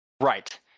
Right